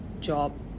job